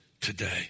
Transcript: today